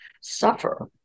suffer